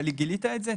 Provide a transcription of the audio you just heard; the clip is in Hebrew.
גילית את זה?